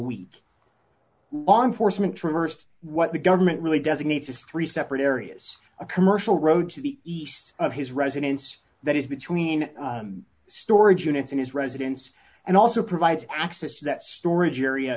traversed what the government really designates is three separate areas a commercial road to the east of his residence that is between storage units in his residence and also provides access to that storage area